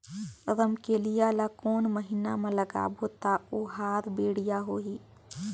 रमकेलिया ला कोन महीना मा लगाबो ता ओहार बेडिया होही?